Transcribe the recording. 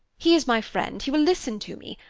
he is my friend he will listen to me.